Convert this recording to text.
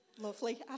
Lovely